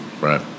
Right